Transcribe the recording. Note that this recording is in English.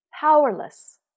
powerless